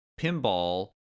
pinball